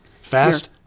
Fast